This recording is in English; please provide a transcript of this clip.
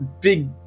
big